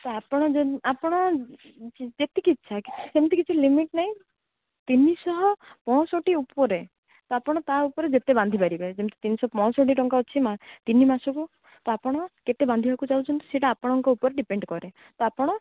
ଆପଣ ଜ ଆପଣ ଯେତିକି ଇଚ୍ଛା କିଛି ସେମିତି କିଛି ଲିମିଟ୍ ନାହିଁ ତିନିଶହ ପଞ୍ଚଷଠି ଉପରେ ଆପଣ ତା ଉପରେ ଯେତେ ବାନ୍ଧି ପାରିବେ ତିନିଶହ ପଞ୍ଚଷଠି ଟଙ୍କା ଅଛି ତିନି ମାସକୁ ତ ଆପଣ କେତେ ବାନ୍ଧିବାକୁ ଚାହୁଁଛନ୍ତି ସେଇଟା ଆପଣ ଆପଣଙ୍କ ଉପରେ ଡିପେଣ୍ଡ୍ କରେ ତ ଆପଣ